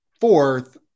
fourth